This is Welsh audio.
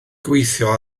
gweithio